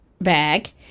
bag